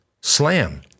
slam